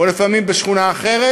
או לפעמים בשכונה אחרת.